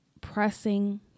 pressing